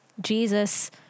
Jesus